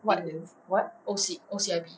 what is what